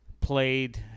played